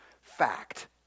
fact